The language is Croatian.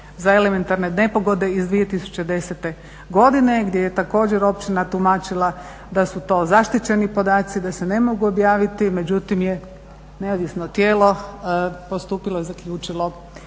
za elementarne nepogode iz 2010. godine gdje je također općina tumačila da su to zaštićeni podaci, da se ne mogu objaviti, međutim je neovisno tijelo postupilo, zaključilo